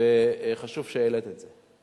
וחשוב שהעלית את זה.